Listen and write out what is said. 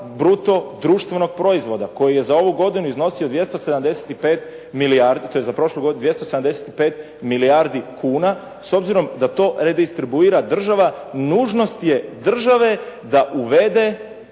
bruto društvenog proizvoda koji je za ovu godinu iznosio 275 milijardu, tj. za prošlu godinu 275 milijardi kuna. S obzirom da to redistribuira država nužnost je države da uvede